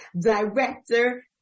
director